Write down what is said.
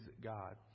God